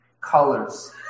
colors